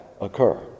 occur